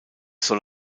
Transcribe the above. soll